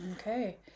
Okay